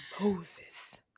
Moses